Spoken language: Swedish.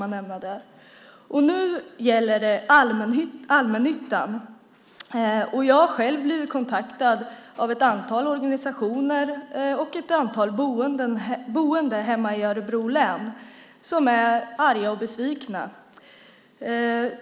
Nu gäller det allmännyttan. Jag har själv blivit kontaktad av ett antal organisationer och ett antal boende hemma i Örebro län som är arga och besvikna.